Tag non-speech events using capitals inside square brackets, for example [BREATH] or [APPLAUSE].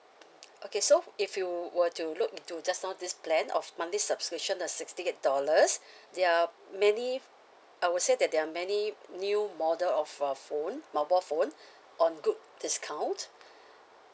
okay so if you were to look into just now this plan of monthly subscription the sixty eight dollars there are many I would say that there are many new model of uh phone mobile phone on good discount [BREATH]